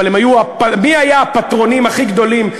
אבל מי היו הפטרונים הכי גדולים,